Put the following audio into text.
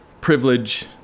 privilege